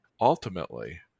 ultimately